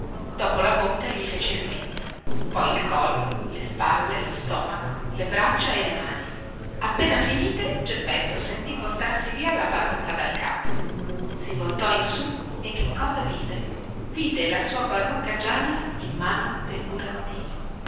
dopo la bocca gli fece il mento poi il collo le spalle lo stomaco le braccia e le mani appena finite le mani geppetto senti portarsi via la parrucca dal capo si voltò in su e che cosa vide vide la sua parrucca gialla in mano del burattino